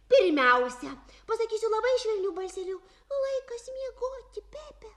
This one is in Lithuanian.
pirmiausia pasakysiu labai švelniu balseliu laikas miegoti pepe